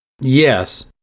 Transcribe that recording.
Yes